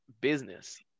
business